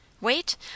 Wait